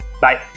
bye